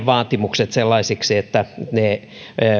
vaatimukset sellaisiksi että ne